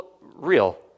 real